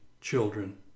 children